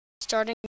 Starting